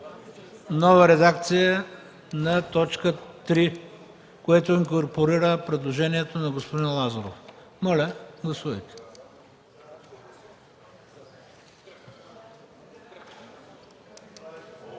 нова редакция на т. 3, което инкорпорира предложението на господин Лазаров. Гласували